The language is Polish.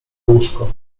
łóżko